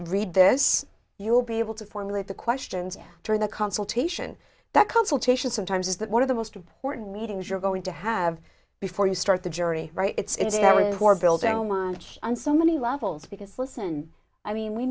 read this you will be able to formulate the questions during the consultation that consultation sometimes is that one of the most important meetings you're going to have before you start the jury right it's that was on so many levels because listen i mean we